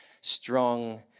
strong